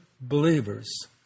believers